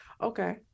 Okay